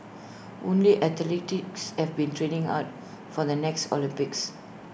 only athletes have been training hard for the next Olympics